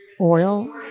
oil